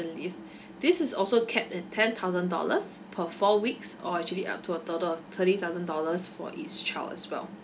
leave this is also capped at ten thousand dollars per four weeks or actually up to a total of thirty thousand dollars for each child as well